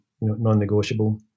non-negotiable